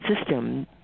system